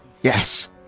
yes